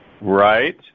Right